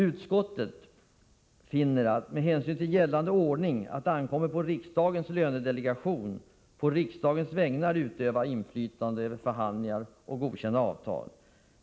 Utskottet finner att det med hänsyn till gällande ordning ankommer på riksdagens lönedelegation att på riksdagens vägnar utöva inflytande på förhandlingarna och att godkänna avtal.